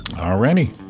Already